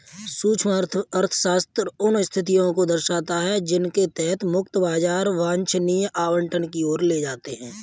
सूक्ष्म अर्थशास्त्र उन स्थितियों को दर्शाता है जिनके तहत मुक्त बाजार वांछनीय आवंटन की ओर ले जाते हैं